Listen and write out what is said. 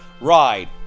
ride